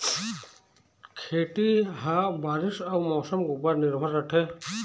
खेती ह बारीस अऊ मौसम के ऊपर निर्भर रथे